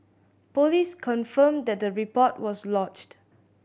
police confirmed that the report was lodged